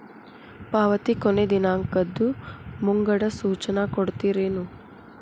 ಪಾವತಿ ಕೊನೆ ದಿನಾಂಕದ್ದು ಮುಂಗಡ ಸೂಚನಾ ಕೊಡ್ತೇರೇನು?